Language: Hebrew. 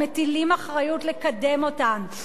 הם מטילים אחריות לקדם אותן,